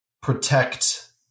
protect